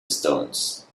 stones